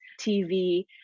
TV